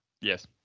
yes